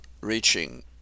reaching